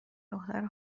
دختر